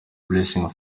blessing